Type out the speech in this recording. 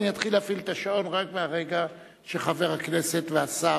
אני אתחיל להפעיל את השעון רק מרגע שחבר הכנסת והשר,